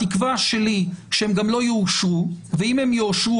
התקווה שלי שהם גם לא יאושרו ואם הם יאושרו,